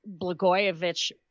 blagojevich